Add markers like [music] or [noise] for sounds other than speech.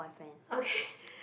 okay [breath]